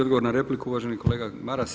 Odgovor na repliku, uvaženi kolega Maras.